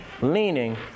leaning